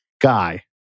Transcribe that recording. guy